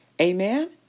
Amen